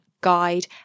guide